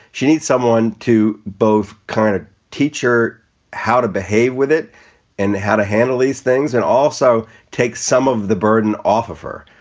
she needs someone to both kind of teach her how to behave with it and how to handle these things and also take some of the burden off of her.